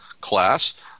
class